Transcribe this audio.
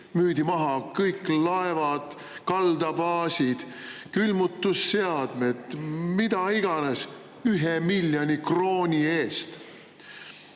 müüdi maha kõik laevad, kaldabaasid, külmutusseadmed, mis iganes. 1 miljoni krooni eest!